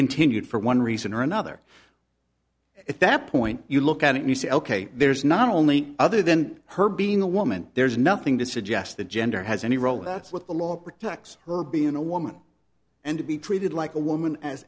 continued for one reason or another at that point you look at it you say ok there's not only other than her being a woman there's nothing to suggest that gender has any role that's what the law protects her being a woman and to be treated like a woman as